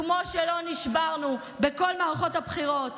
כמו שלא נשברנו בכל מערכות הבחירות,